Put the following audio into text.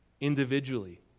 individually